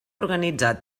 organitzat